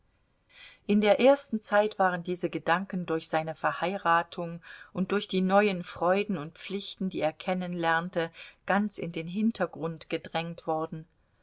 in der ersten zeit waren diese gedanken durch seine verheiratung und durch die neuen freuden und pflichten die er kennenlernte ganz in den hintergrund gedrängt worden